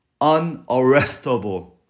unarrestable